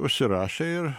užsirašė ir